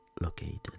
located